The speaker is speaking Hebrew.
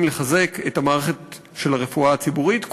לחזק את המערכת של הרפואה הציבורית,